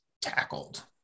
tackled